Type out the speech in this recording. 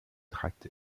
tracts